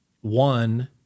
One